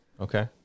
Okay